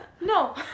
No